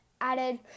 Added